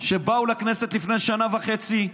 שבאו לכנסת לפני שנה וחצי,